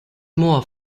moor